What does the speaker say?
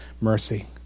mercy